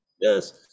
Yes